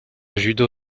judo